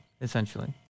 essentially